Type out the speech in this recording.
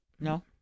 No